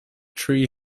tree